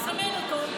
הוא מסמן אותו,